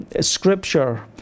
scripture